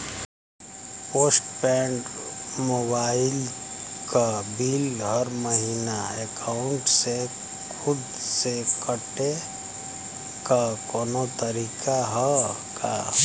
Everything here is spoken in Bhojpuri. पोस्ट पेंड़ मोबाइल क बिल हर महिना एकाउंट से खुद से कटे क कौनो तरीका ह का?